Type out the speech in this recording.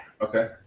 Okay